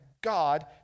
God